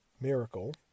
Miracle